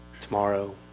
tomorrow